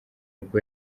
bwo